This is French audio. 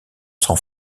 sang